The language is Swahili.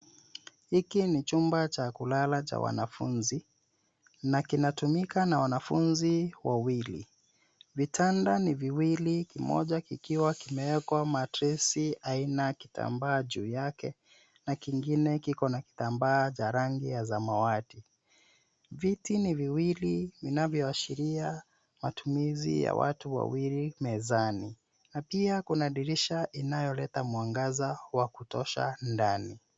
Hiki ni chumba cha kulala cha wanafunzi na kinatumika na wanafunzi wawili. Vitanda ni viwili, kimoja kikiwa kimefunikwa kwa godoro lenye shuka juu yake na kingine kikiwa na shuka ya rangi ya samawati. Viti viwili vinaonyesha matumizi ya watu wawili mezani. Pia kuna dirisha inayoleta mwangaza wa kutosha ndani.